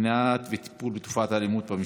מניעה וטיפול בתופעת האלימות במשפחה.